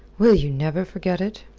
will ye never forget it?